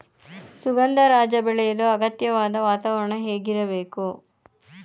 ಸುಗಂಧರಾಜ ಬೆಳೆಯಲು ಅಗತ್ಯವಾದ ವಾತಾವರಣ ಹೇಗಿರಬೇಕು?